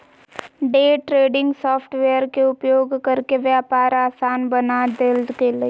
day trading software के उपयोग करके व्यापार आसान बना देल गेलय